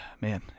Man